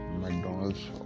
McDonald's